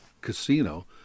casino